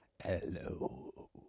hello